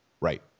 Right